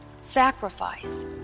Sacrifice